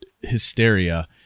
hysteria